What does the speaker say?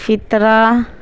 فطرہ